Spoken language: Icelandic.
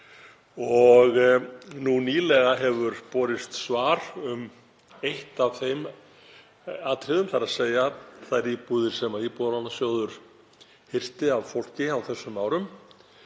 Nú nýlega hefur borist svar um eitt af þeim atriðum, þ.e. þær íbúðir sem Íbúðalánasjóður hirti af fólki á þessum árum.